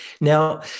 Now